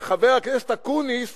שחבר הכנסת אקוניס